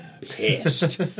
pissed